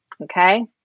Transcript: Okay